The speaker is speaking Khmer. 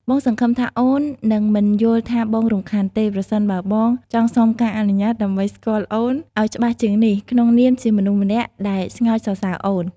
បងសង្ឃឹមថាអូននឹងមិនយល់ថាបងរំខានទេ ប្រសិនបើបងចង់សុំការអនុញ្ញាតដើម្បីស្គាល់អូនឱ្យច្បាស់ជាងនេះ ក្នុងនាមជាមនុស្សម្នាក់ដែលស្ងើចសរសើរអូន។